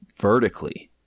vertically